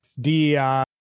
DEI